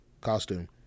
Costume